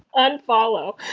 unfollow.